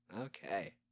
okay